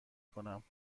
کنم